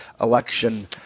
election